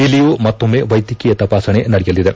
ಇಲ್ಲಿಯೂ ಮತ್ತೊಮ್ಮೆ ವೈದ್ಯಕೀಯ ತಪಾಸಣೆ ನಡೆಯಲಿದೆ